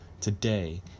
today